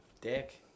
dick